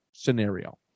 scenario